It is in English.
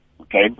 Okay